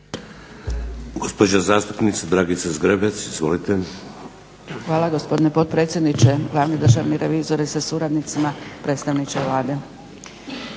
Hvala gospodine potpredsjedniče. Glavni državni revizore sa suradnicima, predstavniče Vlade.